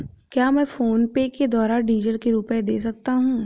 क्या मैं फोनपे के द्वारा डीज़ल के रुपए दे सकता हूं?